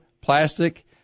plastic